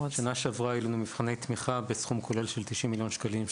בשנה שעברה היו לנו מבחני תמיכה בסכום כולל של 90 מיליון שקלים,